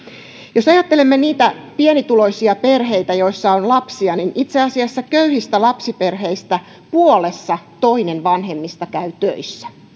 jos ajattelemme niitä pienituloisia perheitä joissa on lapsia niin itse asiassa köyhistä lapsiperheistä puolessa toinen vanhemmista käy töissä